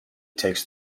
takes